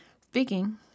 Speaking